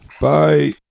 Bye